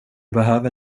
behöver